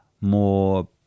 more